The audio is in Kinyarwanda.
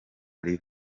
riva